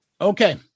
Okay